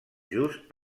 just